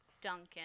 Duncan